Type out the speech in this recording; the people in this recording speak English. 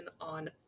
on